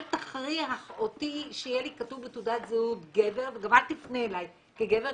אל תכריח אותי שיהיה לי כתוב בתעודת הזהות גבר וגם אל תפנה אלי כגבר,